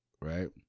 Right